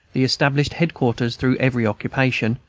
the established head-quarters through every occupation,